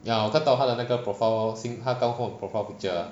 ya 我看到他的那个 profile 新他刚换 profile picture ah